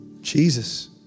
Jesus